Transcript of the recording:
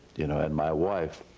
you know and my wife,